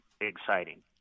exciting